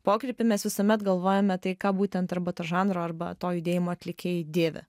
pokrypį mes visuomet galvojame tai ką būtent arba to žanro arba to judėjimo atlikėjai dėvi